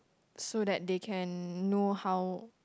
so that they can know how